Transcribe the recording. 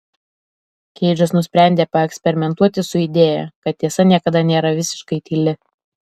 keidžas nusprendė paeksperimentuoti su idėja kad tiesa niekada nėra visiškai tyli